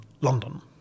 London